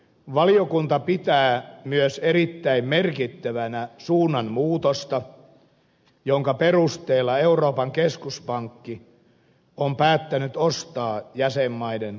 valiokunta pitää myös erittäin merkittävänä suunnan muutosta jonka perusteella euroopan keskuspankki on päättänyt ostaa jäsenmaiden lainapapereita